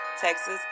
texas